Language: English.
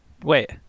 Wait